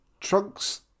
Trunk's